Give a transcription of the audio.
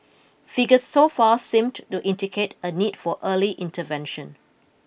figures so far seemed to indicate a need for early intervention